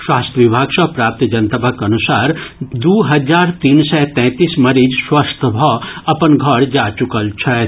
स्वास्थ्य विभाग सँ प्राप्त जनतबक अनुसार द्र हजार तीन सय तैंतीस मरीज स्वस्थ भऽ अपन घर जा चुकल छथि